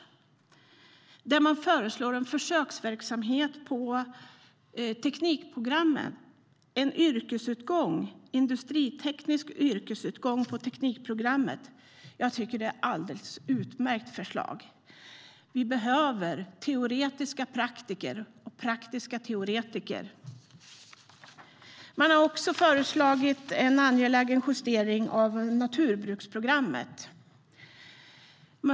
Där föreslår man en försöksverksamhet på teknikprogrammet med industriteknisk yrkesutgång. Jag tycker att det är ett alldeles utmärkt förslag - vi behöver teoretiska praktiker och praktiska teoretiker. Man har också föreslagit en angelägen justering av naturbruksprogrammet.